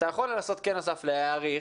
אתה יכול לנסות, אסף, להעריך,